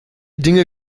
dinge